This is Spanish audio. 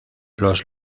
los